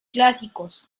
clásicos